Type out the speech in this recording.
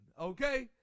okay